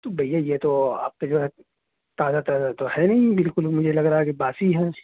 تو بھیا یہ تو آپ کے جو ہے تازہ تازہ تو ہے نہیں بالکل مجھے لگ رہا ہے کہ باسی ہے